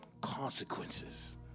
consequences